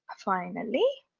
finally